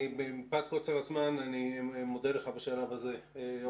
מפאת קוצר הזמן אני מודה לך בשלב הזה.